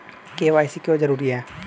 KYC क्यों जरूरी है?